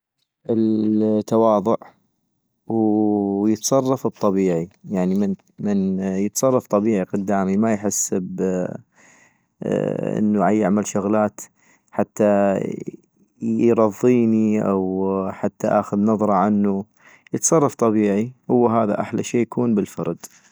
التواضع، ويتصرف بطبيعي - يعني من من يتصرف طبيعي قدامي ما يحس بانو يعمل شغلات حتى يرضيني أو حتى اخذ نظرة عنو - يتصرف طبيعي هو هذا احلى شي يكون بالفرد